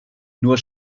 nur